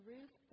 Ruth